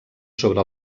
sobre